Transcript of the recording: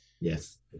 Yes